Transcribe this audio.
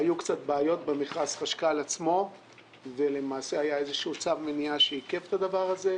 היו קצת בעיות במכרז חשכ"ל עצמו והיה צו מניעה שעיכב אותו.